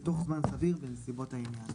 בתוך זמן סביר בנסיבות העניין.